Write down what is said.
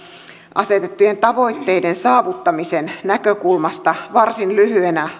asetettujen tavoitteiden saavuttamisen näkökulmasta varsin lyhyenä